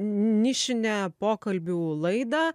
nišinę pokalbių laidą